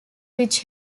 which